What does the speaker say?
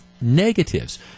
negatives